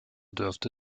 dürfte